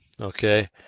Okay